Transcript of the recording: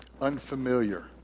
unfamiliar